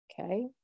Okay